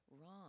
wrong